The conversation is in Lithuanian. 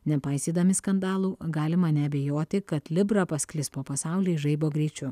nepaisydami skandalų galima neabejoti kad libra pasklis po pasaulį žaibo greičiu